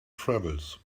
travels